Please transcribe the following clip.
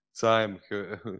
time